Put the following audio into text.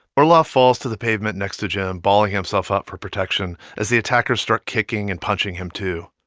orloff falls to the pavement next to jim, balling himself up for protection as the attackers start kicking and punching him, too.